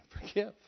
forgive